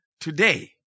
today